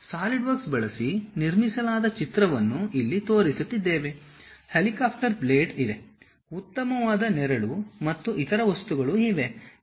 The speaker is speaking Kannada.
ಸಾಲಿಡ್ವರ್ಕ್ಸ್ ಬಳಸಿ ನಿರ್ಮಿಸಲಾದ ಚಿತ್ರವನ್ನು ಇಲ್ಲಿ ತೋರಿಸುತ್ತಿದ್ದೇವೆ ಹೆಲಿಕಾಪ್ಟರ್ ಬ್ಲೇಡ್ ಇದೆ ಉತ್ತಮವಾದ ನೆರಳು ಮತ್ತು ಇತರ ವಸ್ತುಗಳು ಇವೆ